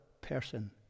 person